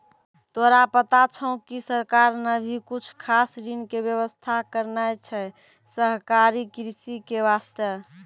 तोरा पता छौं कि सरकार नॅ भी कुछ खास ऋण के व्यवस्था करनॅ छै सहकारी कृषि के वास्तॅ